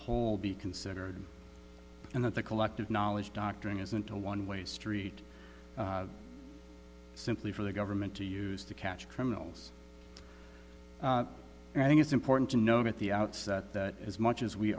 whole be considered and that the collective knowledge doctoring isn't a one way street simply for the government to use to catch criminals and i think it's important to note at the outset that as much as we